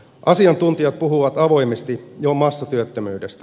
asiantuntijat puhuvat avoimesti jo massatyöttömyydestä